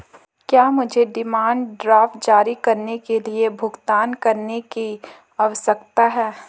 क्या मुझे demand draft जारी करने के लिए भुगतान करने की आवश्यकता है?